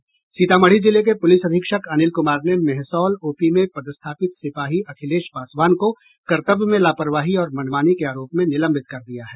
सीतामढ़ी जिले के पुलिस अधीक्षक अनिल कुमार ने मेहसौल ओपी में पदस्थापित सिपाही अखिलेश पासवान को कर्तव्य में लापरवाही और मनमानी के आरोप में निलंबित कर दिया है